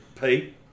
Pete